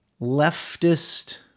leftist